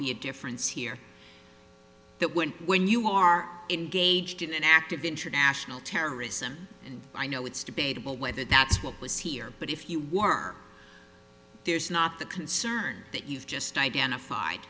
be a difference here that when when you are engaged in an act of international terrorism i know it's debatable whether that's what was here but if you were there's not the concern that you've just identified